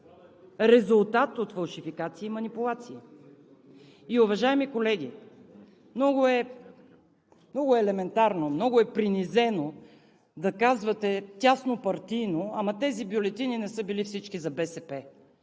резултат от фалшификации и манипулации. И, уважаеми колеги, много е елементарно, много е принизено да казвате тяснопартийно: ама тези бюлетини не са били всички за БСП.